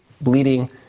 bleeding